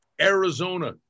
Arizona